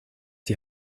die